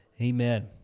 Amen